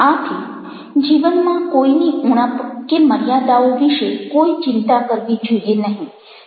આથી જીવનમાં કોઈની ઉણપ કે મર્યાદાઓ વિશે કોઈ ચિંતા કરવી જોઈએ નહીં